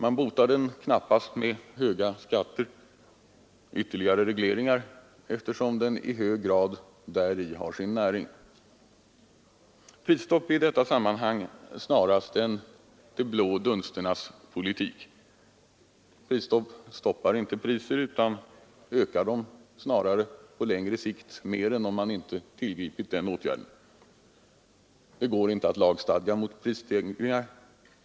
Man botar den knappast med höga skatter och ytterligare regleringar, eftersom den i hög grad däri har sin näring. Prisstopp är i detta sammanhang snarast en de blå dunsternas politik. Prisstopp stoppar inte priser — ökar dem snarare på längre sikt mer än om man inte tillgripit åtgärden. Det går inte att lagstadga mot prisstegringar.